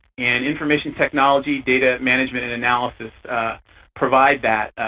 and information technology, data management and analysis provide that